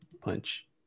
punch